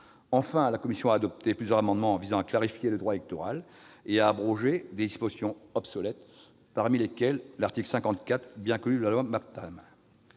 Enfin, la commission a adopté plusieurs amendements visant à clarifier le droit électoral ou à abroger des dispositions obsolètes, parmi lesquelles l'article 54 de la loi Maptam,